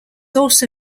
also